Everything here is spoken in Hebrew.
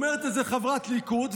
אומרת את זה חברת ליכוד,